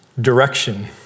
direction